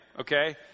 Okay